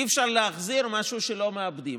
אי-אפשר להחזיר משהו שלא מאבדים.